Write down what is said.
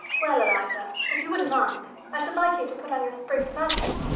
well, eliza, if you wouldn't mind, i should like you to put on your sprigged muslin.